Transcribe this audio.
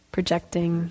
Projecting